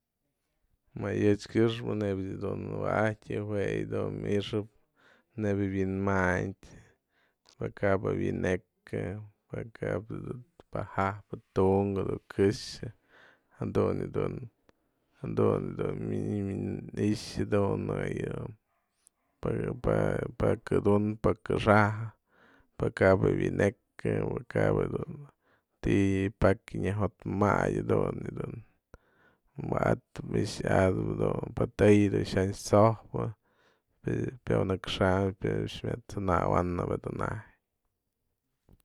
Më yë ech këxpë nebya dun wa'atyë jue yë dun mi'ixap, nebya wi'inmanyë, pëkaba wyënëkë, pakaba pa jäjpë tunkë du këxë jadun yë dun, jadun yë dun i'ixä dun, në ko'o yë dun pa kë'ë dun pa kë'ë xa'aj, pëkaba wi'inekä pëkaba du ti'i pakya nya jotmatyë dun yë dun wa'atap mixyatëp dun pëteyëdun jyanch t'sojpë pyanëxa'am myat t'sanawam du najtyë.